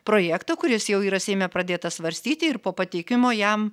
projektą kuris jau yra seime pradėtas svarstyti ir po pateikimo jam